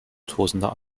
tosender